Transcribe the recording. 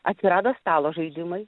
atsirado stalo žaidimai